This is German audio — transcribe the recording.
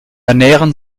ernähren